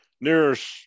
nearest